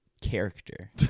character